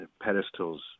pedestals